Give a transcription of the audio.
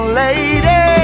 lady